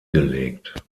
gelegt